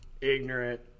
ignorant